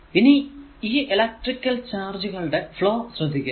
ഇനി ഈ electric charge കളുടെ ഫ്ലോ ശ്രദ്ധിക്കുക